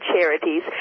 charities